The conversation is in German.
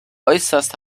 äußerst